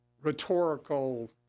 rhetorical